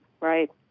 right